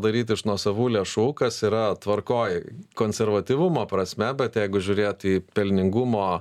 daryt iš nuosavų lėšų kas yra tvarkoj konservatyvumo prasme bet jeigu žiūrėt į pelningumo